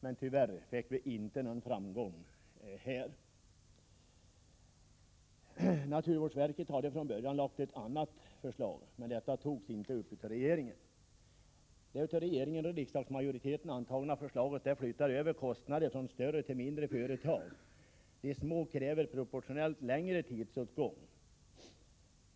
Men tyvärr vann vi inte någon framgång. Naturvårdsverket hade från början lagt fram ett annat förslag, men detta togs ej upp av regeringen. Det av regeringen och riksdagsmajoriteten antagna förslaget flyttar över kostnader från större till mindre företag. De små kräver proportionellt längre tidsåtgång.